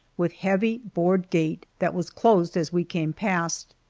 with heavy board gate that was closed as we came past.